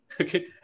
Okay